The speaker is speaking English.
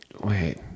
Wait